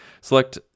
Select